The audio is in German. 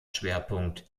schwerpunkt